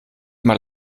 mal